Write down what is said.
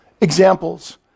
Examples